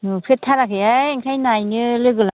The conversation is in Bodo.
नुफेरथाराखैहाय ओंखायनो नायनो लोगो